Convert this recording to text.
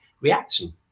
reaction